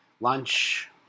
Lunch